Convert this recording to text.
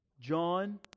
John